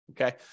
Okay